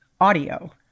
audio